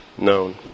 known